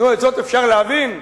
את זאת אפשר להבין?